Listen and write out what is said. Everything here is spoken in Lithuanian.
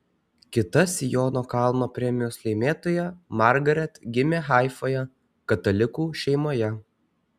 kita siono kalno premijos laimėtoja margaret gimė haifoje katalikų šeimoje